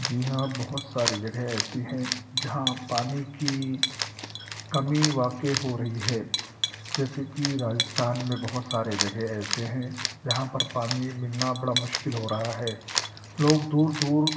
جی ہاں بہت سارے جگہ ایسی ہیں جہاں پانی کی کمی واقع ہو رہی ہے جیسے کہ راجستھان میں بہت سارے جگہیں ایسے ہیں جہاں پر پانی ملنا بڑا مشکل ہو رہا ہے لوگ دور دور